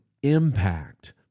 impact